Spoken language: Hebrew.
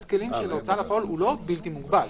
הכלים של ההוצאה לפועל הוא בלתי מוגבל.